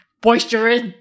boisterous